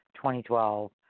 2012